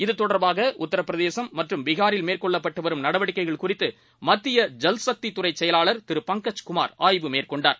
இதுதொடர்பாகஉத்தரப்பிரதேசம்மற்றும்பிஹாரில்மேற்கொள்ளப்பட்டுவரும்நடவ டிக்கைகள்குறித்துமத்தியஜல்சக்தித்துறைச்செயலாளர்திருபங்கஜ்குமார்ஆய்வுமேற்கொ ண்டார்